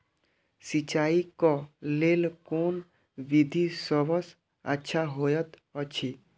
सिंचाई क लेल कोन विधि सबसँ अच्छा होयत अछि?